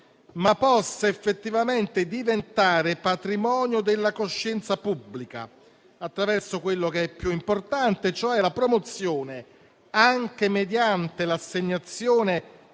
diventi effettivamente patrimonio della coscienza pubblica attraverso quello che è più importante, ossia la promozione, anche mediante l'assegnazione